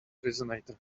resonator